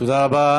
תודה רבה.